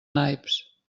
naips